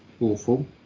awful